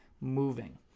moving